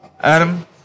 Adam